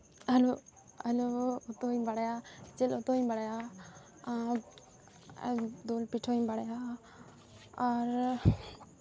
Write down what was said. ᱟᱹᱞᱩ ᱟᱹᱞᱩ ᱩᱛᱩ ᱦᱚᱸᱧ ᱵᱟᱲᱟᱭᱟ ᱡᱤᱞ ᱩᱛᱩ ᱦᱚᱸᱧ ᱵᱟᱲᱟᱭᱟ ᱟᱨ ᱫᱩᱞ ᱯᱤᱴᱷᱟᱹ ᱦᱚᱸᱧ ᱵᱟᱲᱟᱭᱟ ᱟᱨ